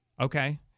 Okay